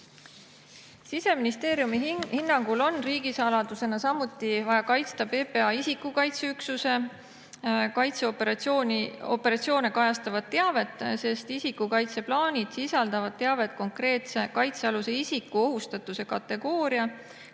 Siseministeeriumi hinnangul on riigisaladusena samuti vaja kaitsta PPA isikukaitse üksuse kaitseoperatsioone kajastavat teavet, sest isikukaitseplaanid sisaldavad teavet konkreetse kaitsealuse isiku ohustatuse kategooria,